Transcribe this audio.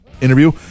interview